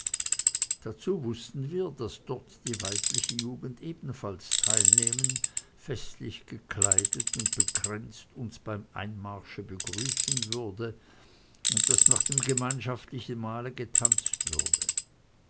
dazu wußten wir daß dort die weibliche lugend ebenfalls teilnehmen festlich gekleidet und bekränzt uns beim einmarsche begrüßen und daß nach dem gemeinschaftlichen mahle getanzt würde